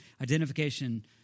identification